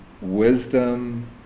wisdom